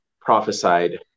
prophesied